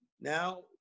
Now